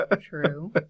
True